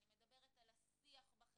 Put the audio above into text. אני מדברת על השיח בחברה,